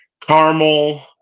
caramel